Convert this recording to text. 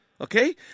okay